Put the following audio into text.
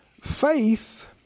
Faith